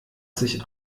sich